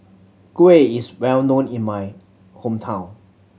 kuih is well known in my hometown